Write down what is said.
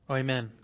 amen